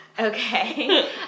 Okay